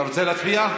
אתה רוצה להצביע?